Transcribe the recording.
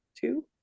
Two